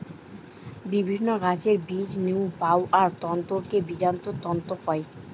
বিভিন্ন গাছের বীজ নু পাওয়া তন্তুকে বীজজাত তন্তু কয়